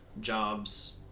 Jobs